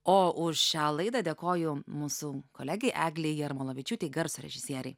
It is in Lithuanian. o už šią laidą dėkoju mūsų kolegei eglei jarmolavičiūtei garso režisierei